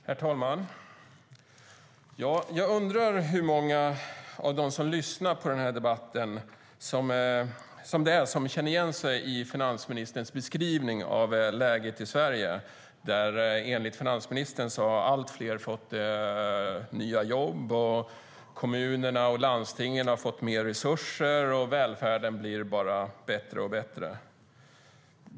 Herr talman! Jag undrar hur många av dem som lyssnar på den här debatten som känner igen sig i finansministerns beskrivning av läget i Sverige. Enligt finansministern har allt fler fått nya jobb, kommunerna och landstingen har fått mer resurser och välfärden blir bara bättre och bättre.